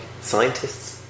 Scientists